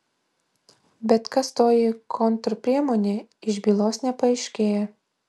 bet kas toji kontrpriemonė iš bylos nepaaiškėja